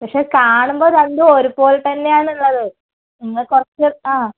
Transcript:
പക്ഷെ കാണുമ്പോൾ രണ്ടും ഒരുപോലെ തന്നെയാണ് ഉള്ളത് ഒന്ന് കുറച്ച് ആ